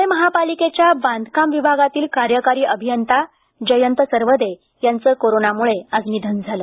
प्णे महापालिकेच्या बांधकाम विभागातील कार्यकारी अभियंता जयंत सरवदे यांचं कोरोनामुळे निधन झालं